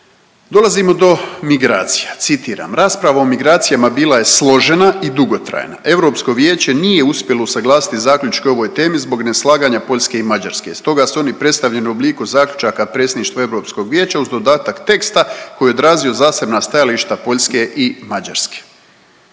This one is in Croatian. Dolazimo do migracija, citiram „Rasprava o migracijama bila je složena i dugotrajna, Europsko vijeće nije uspjelo usuglasiti zaključke o ovoj temi zbog neslaganja Poljske i Mađarske, stoga su oni predstavljeni u obliku zaključaka predstavništva Europskog vijeća uz dodatak teksta koji je odrazio zasebna stajališta Poljske i Mađarske.